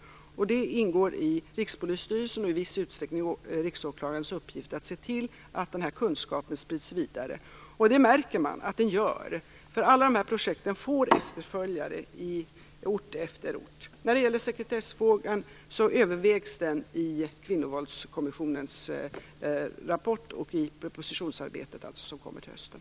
Det ingår i Rikspolisstyrelsens och i viss utsträckning också i Riksåklagarens uppgift att se till att denna kunskap sprids vidare. Man märker att så är fallet. Alla de här projekten får nämligen efterföljare på ort efter ort. Sekretessfrågan övervägs i Kvinnovåldskommissionens rapport och i arbetet med den proposition som kommer till hösten.